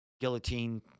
guillotine